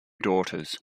daughters